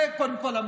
זה קודם כול המדינה,